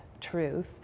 truth